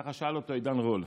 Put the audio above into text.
ככה שאל אותו עידן רול.